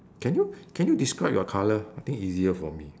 can you can you describe your colour I think easier for me